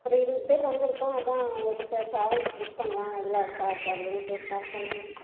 ஒரு இருபது பேர் வந்திருக்கோம் அதுதான் உங்கள்கிட்ட ட்ராவல்ஸ் புக் பண்ணலாம் எவ்வளோ சார்ஜ் அப்படின் கேட்கலாம் பண்ணிணேன்ங்க